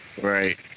Right